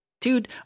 dude